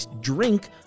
drink